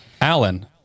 Alan